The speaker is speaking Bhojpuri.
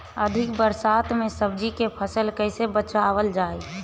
अधिक बरसात में सब्जी के फसल कैसे बचावल जाय?